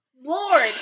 Lord